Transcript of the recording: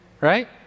right